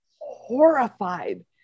horrified